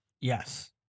Yes